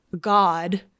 God